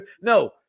No